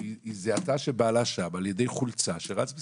שהיא זיהתה שבעלה שם על ידי חולצה, שזה רץ בסרטון.